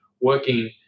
working